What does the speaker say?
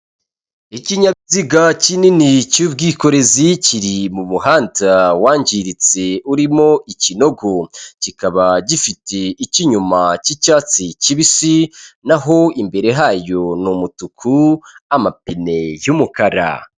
Ikinyabiziga kinini cy'ubwikorezi kiri mu muhanda wangiritse urimo ikinogo, kikaba gifite icy'inyuma k'icyatsi kibisi, naho imbere hayo ni umutuku n'amapine y'umukara.